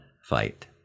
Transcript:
Fight